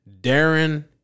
Darren